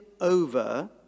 over